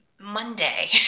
Monday